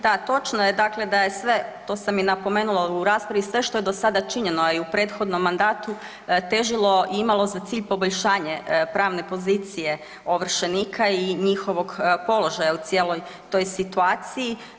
Da, točno je dakle da je sve, to sam i napomenula u raspravi, sve što je do sada činjeno, a i u prethodnom mandatu, težilo i imalo za cilj poboljšanje pravne pozicije ovršenika i njihovog položaja u cijeloj toj situaciji.